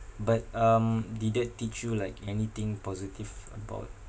but um did that teach you like anything positive about